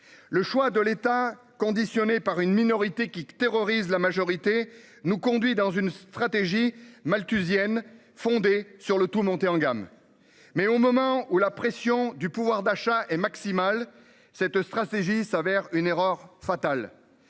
Le choix de l'État, conditionnée par une minorité qui terrorise la majorité nous conduit dans une stratégie malthusienne fondée sur le tout monter en gamme. Mais au moment où la pression du pouvoir d'achat est maximale. Cette stratégie s'avère une erreur fatale.